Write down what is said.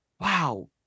wow